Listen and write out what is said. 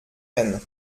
aisne